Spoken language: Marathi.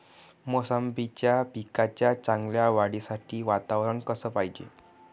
मोसंबीच्या पिकाच्या चांगल्या वाढीसाठी वातावरन कस पायजे?